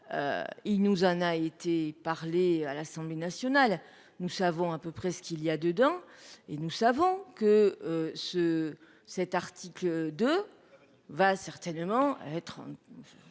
Il nous en a été parler à l'Assemblée nationale. Nous savons à peu près ce qu'il y a dedans. Et nous savons que ce cet article de va certainement être.